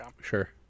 Sure